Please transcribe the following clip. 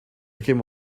came